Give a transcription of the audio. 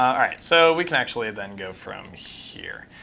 all right. so we can actually then go from here.